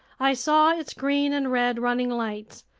i saw its green and red running lights,